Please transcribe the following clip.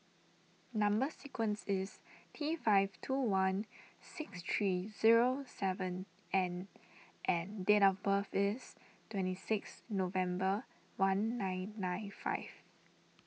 Number Sequence is T five two one six three zero seven N and date of birth is twenty six November one nine nine five